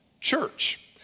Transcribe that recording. church